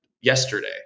yesterday